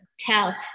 tell